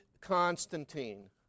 Constantine